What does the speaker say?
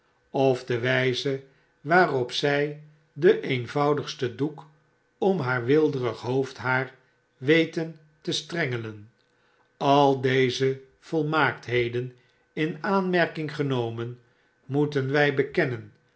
of de wyze waarop zy den eenvoudigsten doek om haar weelderig hoofdhaar weten te strengelen al deze volmaaktheden in aanmerking genomen moeten wij bekennen